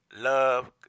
love